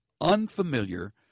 unfamiliar